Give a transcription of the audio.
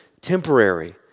temporary